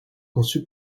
conçu